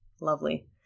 Lovely